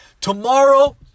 Tomorrow